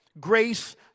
grace